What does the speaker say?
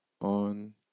On